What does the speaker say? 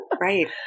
Right